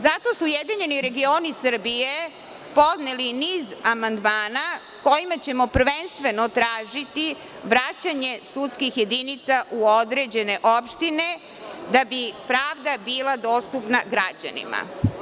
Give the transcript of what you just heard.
Zato su URS podneli niz amandmana kojima ćemo prvenstveno tražiti vraćanje sudskih jedinica u određene opštine, da bi pravda bila dostupna građanima.